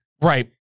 Right